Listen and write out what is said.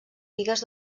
bigues